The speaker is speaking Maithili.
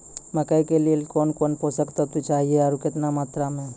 मकई के लिए कौन कौन पोसक तत्व चाहिए आरु केतना मात्रा मे?